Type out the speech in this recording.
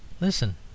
Listen